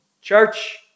church